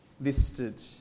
listed